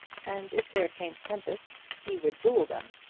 and if there came tempests he would rule them.